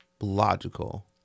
logical